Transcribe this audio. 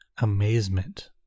amazement